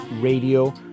radio